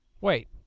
Wait